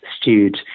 stewed